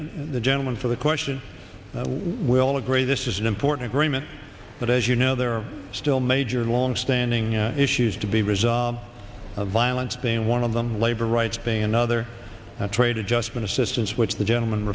the gentleman for the question we all agree this is an important agreement but as you know there are still major longstanding issues to be result of violence being one of them labor rights being another trade adjustment assistance which the gentleman